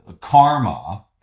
Karma